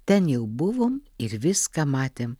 ten jau buvom ir viską matėm